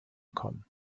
kommen